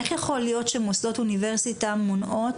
איך יכול להיות שמוסדות האוניברסיטה מונעים